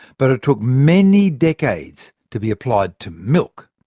but it took many decades to be applied to milk.